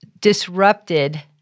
disrupted